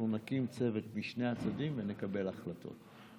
אנחנו נקים צוות משני הצדדים ונקבל החלטות.